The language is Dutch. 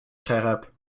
scherp